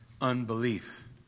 unbelief